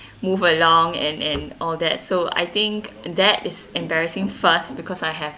move along and and all that so I think that is embarrassing first because I have